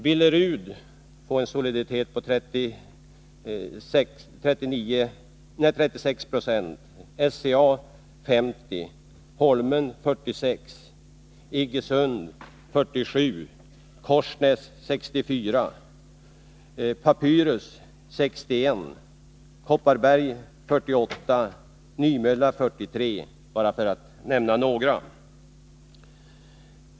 Billerud har en soliditet på 36 90, SCA 50, Holmen 46, Iggesund 47, Korsnäs 64, Papyrus 61, Kopparberg 48 och Nymölla 53 — för att bara nämna några.